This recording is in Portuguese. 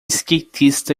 skatista